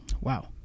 wow